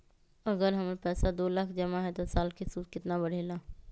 अगर हमर पैसा दो लाख जमा है त साल के सूद केतना बढेला?